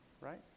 right